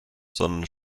sondern